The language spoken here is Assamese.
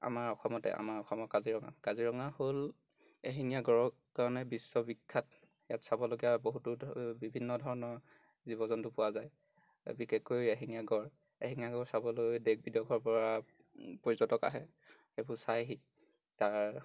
আমাৰ অসমতে আমাৰ অসমৰ কাজিৰঙা কাজিৰঙা হ'ল এশিঙীয়া গঁড়ৰ কাৰণে বিশ্ববিখ্যাত ইয়াত চাবলগীয়া বহুতো ধ বিভিন্ন ধৰণৰ জীৱ জন্তু পোৱা যায় বিশেষকৈ এশিঙীয়া গঁড় এশিঙীয়া গঁড় চাবলৈ দেশ বিদেশৰ পৰা পৰ্যটক আহে সেইবোৰ চাইহি তাৰ